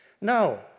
No